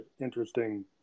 interesting